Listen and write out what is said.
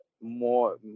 more